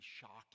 shocking